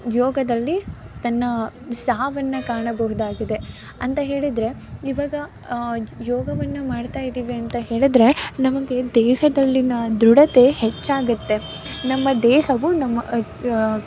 ಯೋಗದಲ್ಲಿ ತನ್ನ ಸಾವನ್ನು ಕಾಣಬಹುದಾಗಿದೆ ಅಂತ ಹೇಳಿದರೆ ಈವಾಗ ಯೋಗವನ್ನು ಮಾಡ್ತಾಯಿದ್ದೀವಿ ಅಂತ ಹೇಳಿದರೆ ನಮಗೆ ದೇಹದಲ್ಲಿನ ದೃಢತೆ ಹೆಚ್ಚಾಗುತ್ತೆ ನಮ್ಮ ದೇಹವು ನಮ್ಮ ಅ